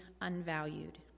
unvalued